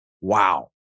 wow